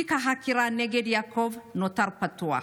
תיק החקירה נגד יעקב נותר פתוח.